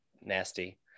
nasty